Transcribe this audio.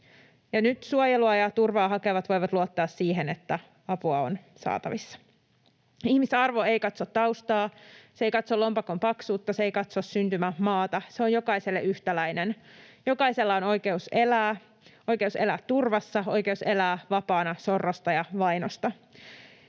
nyt suojelua ja turvaa hakevat voivat luottaa siihen, että apua on saatavissa. Ihmisarvo ei katso taustaa, se ei katso lompakon paksuutta, se ei katso syntymämaata, se on jokaiselle yhtäläinen. Jokaisella on oikeus elää, oikeus elää turvassa, oikeus elää vapaana sorrosta ja vainosta.